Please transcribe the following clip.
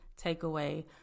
takeaway